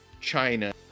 china